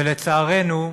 ולצערנו,